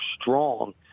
strong